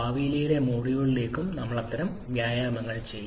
ഭാവിയിലെ മൊഡ്യൂളുകളിലും ഞങ്ങൾ അത്തരം നിരവധി വ്യായാമങ്ങൾ ചെയ്യും